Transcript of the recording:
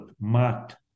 mat